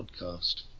podcast